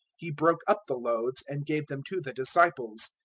he broke up the loaves and gave them to the disciples,